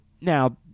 Now